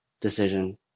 Decision